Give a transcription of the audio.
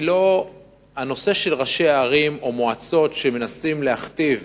הנושא של ראשי ערים או מועצות שמנסים להכתיב